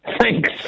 Thanks